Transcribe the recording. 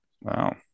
Wow